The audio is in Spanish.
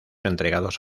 entregados